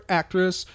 actress